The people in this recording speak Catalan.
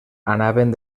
anaven